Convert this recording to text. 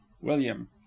william